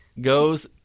goes